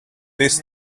this